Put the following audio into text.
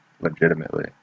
legitimately